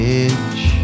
edge